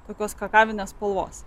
tokios akavinės spalvos